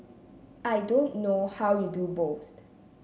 I don't know how you do both